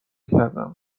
کردم